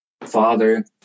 Father